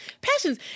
passions